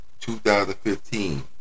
2015